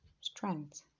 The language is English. strength